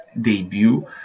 debut